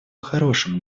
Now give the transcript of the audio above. хорошим